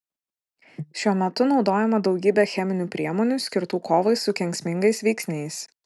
šiuo metu naudojama daugybė cheminių priemonių skirtų kovai su kenksmingais veiksniais